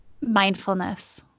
Mindfulness